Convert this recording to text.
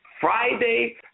Friday